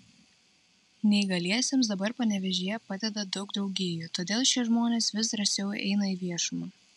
neįgaliesiems dabar panevėžyje padeda daug draugijų todėl šie žmonės vis drąsiau eina į viešumą